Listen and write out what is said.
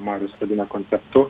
marius vadina konceptu